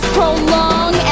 prolong